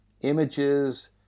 images